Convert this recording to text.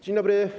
Dzień dobry.